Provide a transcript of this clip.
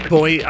Boy